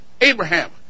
Abraham